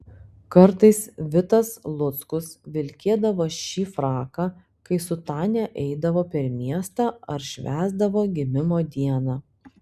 kartais vitas luckus vilkėdavo šį fraką kai su tania eidavo per miestą ar švęsdavo gimimo dieną